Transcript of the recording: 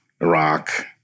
Iraq